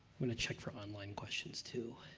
i'm going to check for online questions too.